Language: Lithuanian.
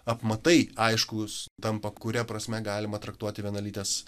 apmatai aiškūs tampa kuria prasme galima traktuoti vienalytes